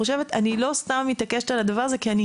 אני לא סתם מתעקשת על הדבר הזה כי אני